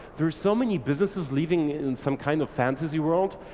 there are so many businesses living in some kind of fantasy world.